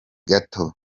gato